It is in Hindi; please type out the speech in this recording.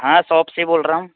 हाँ शॉप से ही बोल रहा हूँ